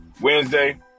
Wednesday